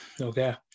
Okay